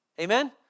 Amen